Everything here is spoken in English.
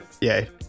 Yay